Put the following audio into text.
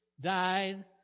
died